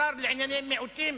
השר לענייני מיעוטים